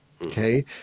Okay